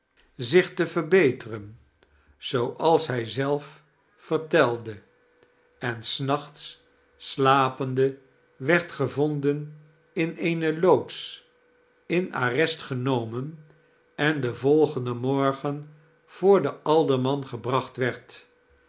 deedles te verbeteren zooals hij zelf vertelde en s nachts slapende werd gevonden in eene loods in arrest genomen en den volgenden morgen voor den alderman gebracht werd